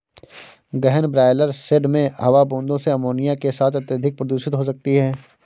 गहन broiler shed में हवा बूंदों से अमोनिया के साथ अत्यधिक प्रदूषित हो सकती है